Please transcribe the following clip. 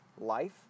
life